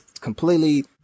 completely